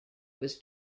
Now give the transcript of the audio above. was